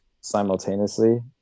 simultaneously